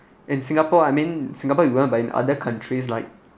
in singapore I mean singapore we don't have but in other countries like